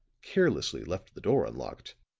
carelessly left the door unlocked,